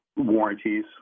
warranties